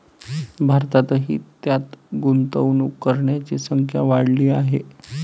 भारतातही त्यात गुंतवणूक करणाऱ्यांची संख्या वाढली आहे